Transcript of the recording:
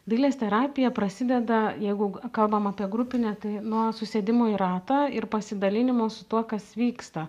dailės terapija prasideda jeigu kalbam apie grupinę tai nuo susėdimo į ratą ir pasidalinimo su tuo kas vyksta